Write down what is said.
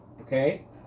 Okay